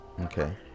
Okay